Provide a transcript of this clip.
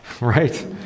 Right